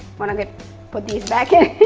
wanna get put these back in.